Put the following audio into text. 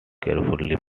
carefully